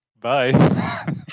Bye